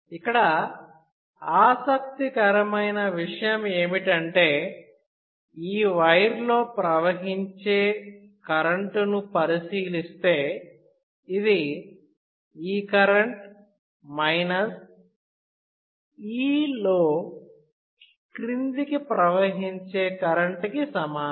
ఇక్కడ ఆసక్తికరమైన విషయం ఏమిటంటే ఈ వైర్ లో ప్రవహించే కరెంటుని పరిశీలిస్తే ఇది ఈ కరెంట్ మైనస్ E లో క్రిందికి ప్రవహించే కరెంటు కి సమానం